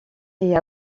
est